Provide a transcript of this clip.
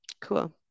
Cool